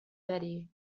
beatty